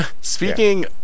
speaking